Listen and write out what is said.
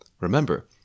Remember